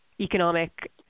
economic